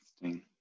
Interesting